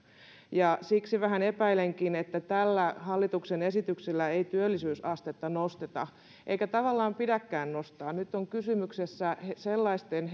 ja siksi vähän epäilenkin että tällä hallituksen esityksellä ei työllisyysastetta nosteta eikä tavallaan pidäkään nostaa sillä nyt on kysymyksessä sellaisten